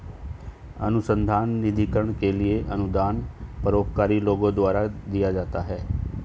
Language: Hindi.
अनुसंधान निधिकरण के लिए अनुदान परोपकारी लोगों द्वारा दिया जाता है